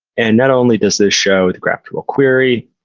and not only does this show the graphiql query,